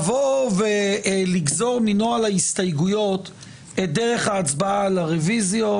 ולגזור מנוהל ההסתייגויות את דרך ההצבעה על הרוויזיות